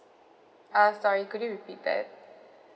uh sorry could you repeat that